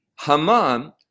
Haman